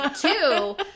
two